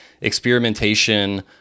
experimentation